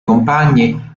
compagni